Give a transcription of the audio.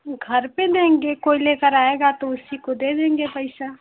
घर पर रहेंगे कोई ले के आएगा तो उसी को दे देंगे पैसा